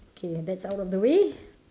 okay that's out of the way